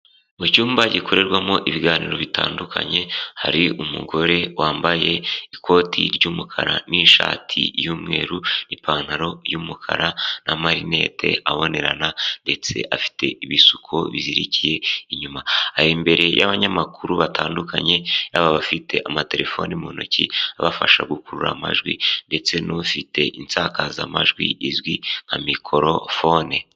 Mu cyumba gikorerwamo ibiganiro bitandukanye hari umugore wambaye ikoti ry'umukara n'ishati y'umweru, ipantaro y'umukara na marinete abonerana ndetse afite ibisuko bizirikiye inyuma, ari imbere y'abanyamakuru batandukanye n'aba bafite amatelefoni mu ntoki abafasha gukurura amajwi ndetse n'ufite insakazamajwi izwi nka mikorofone.